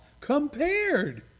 Compared